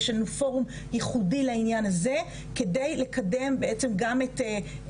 יש לנו פורום ייחודי לעניין הזה כדי לקדם בעצם גם את,